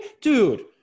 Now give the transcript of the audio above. Dude